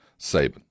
Saban